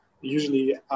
usually